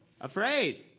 afraid